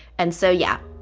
and so, yeah,